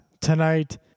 Tonight